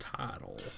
title